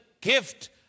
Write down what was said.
gift